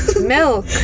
Milk